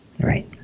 Right